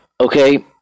okay